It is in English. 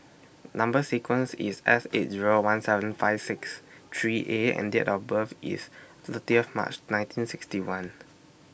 Number sequence IS S eight Zero one seven five six three A and Date of birth IS thirty of March nineteen sixty one